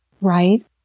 right